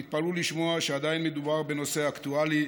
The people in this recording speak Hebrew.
תתפלאו לשמוע שעדיין מדובר בנושא אקטואלי,